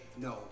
no